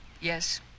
yes